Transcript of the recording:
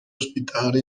ospitare